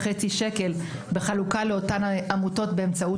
ב-1.5 מיליון שקלים בחלוקה לאותן עמותות.